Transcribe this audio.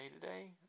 today